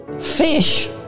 fish